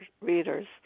readers